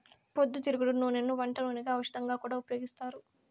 పొద్దుతిరుగుడు నూనెను వంట నూనెగా, ఔషధంగా కూడా ఉపయోగిత్తారు